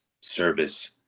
service